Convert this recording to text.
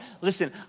Listen